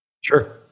Sure